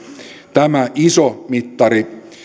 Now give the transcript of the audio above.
tämä iso mittari